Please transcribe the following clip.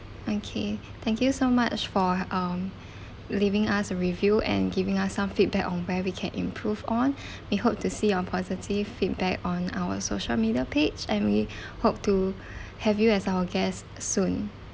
okay thank you so much for um leaving us a review and giving us some feedback on where we can improve on we hope to see your positive feedback on our social media page and we hope to have you as our guest soon